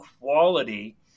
quality